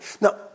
Now